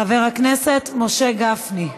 חבר הכנסת משה גפני.